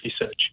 research